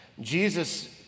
Jesus